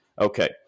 Okay